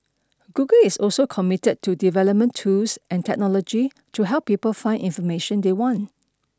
Google is also committed to development tools and technology to help people find information they want